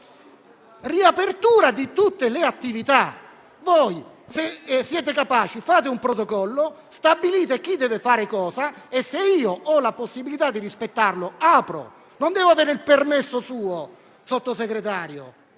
scienza); riapertura di tutte le attività. Se siete capaci, fate un protocollo e stabilite chi deve fare cosa e, se ho la possibilità di rispettarlo, apro; non devo avere il suo permesso, signor Sottosegretario.